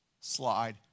slide